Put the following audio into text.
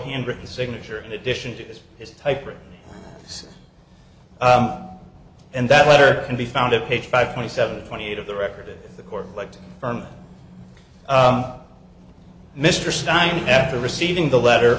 handwritten signature in addition to his typewritten and that letter can be found at page five twenty seven twenty eight of the record the court like to firm up mr stein after receiving the letter